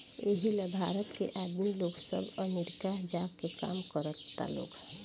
एही ला भारत के आदमी लोग सब अमरीका जा के काम करता लोग